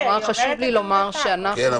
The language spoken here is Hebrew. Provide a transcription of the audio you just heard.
חשוב לי לומר שאנחנו את ההצעה גיבשנו --- כן,